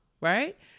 right